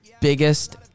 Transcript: biggest